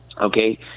okay